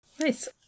Nice